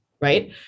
right